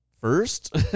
First